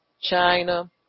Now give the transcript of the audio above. China